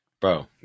Bro